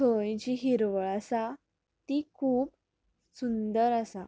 थंय जी हिरवळ आसा ती खूब सुंदर आसा